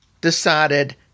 decided